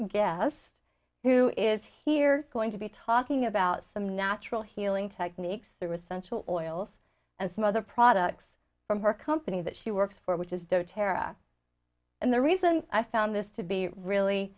first guess who is here going to be talking about some natural healing techniques through a central oils and some other products from her company that she works for which is there tara and the reason i found this to be really